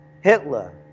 Hitler